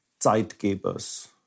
Zeitgebers